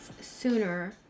sooner